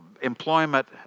employment